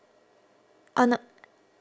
oh n~